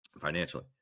financially